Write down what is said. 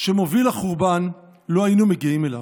שמוביל לחורבן, לא היינו מגיעים אליו.